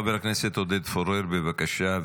חבר הכנסת עודד פורר, בבקשה.